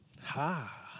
Ha